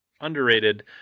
underrated